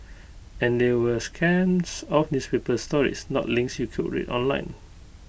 and they were scans of newspaper stories not links you could read online